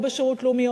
או בשירות לאומי,